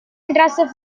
entrasse